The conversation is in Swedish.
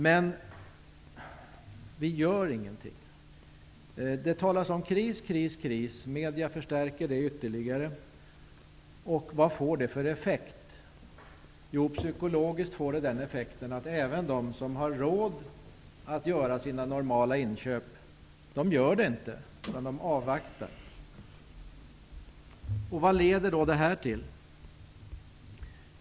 Men vi gör ingenting. Det talas om kris, kris och åter kris. Medierna förstärker detta ytterligare. Vad får det för effekt? Jo, psykologiskt får det effekten att även de som har råd att göra normala inköp inte gör dessa utan avvaktar. Vad leder då det till?